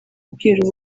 bwiru